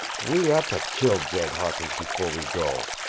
we ought to kill jed hawkins before we go.